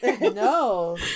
No